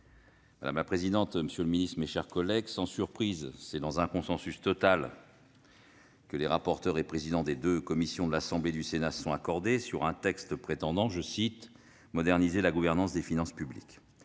Madame la présidente, monsieur le secrétaire d'État, mes chers collègues, sans surprise, c'est dans un consensus total que les rapporteurs et présidents des commissions des finances de l'Assemblée nationale et du Sénat se sont accordés sur un texte prétendant « moderniser la gouvernance des finances publiques ».